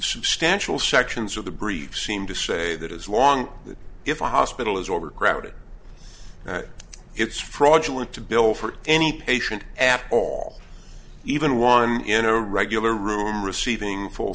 substantial sections of the brief seem to say that as long as if a hospital is overcrowded it's fraudulent to bill for any patient after all even one in a regular room receiving full